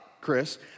Chris